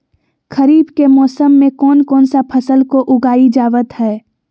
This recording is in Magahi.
खरीफ के मौसम में कौन कौन सा फसल को उगाई जावत हैं?